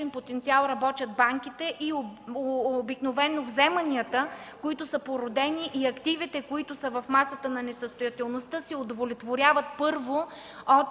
потенциал работят банките. Обикновено вземанията, които са породени, и активите, които са в масата на несъстоятелността, се удовлетворяват първо от